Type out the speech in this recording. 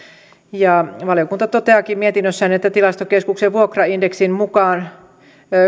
valiokunta toteaakin mietinnössään että tilastokeskuksen vuokraindeksin mukaan